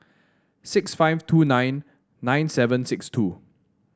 six five two nine nine seven six two